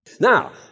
Now